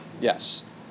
Yes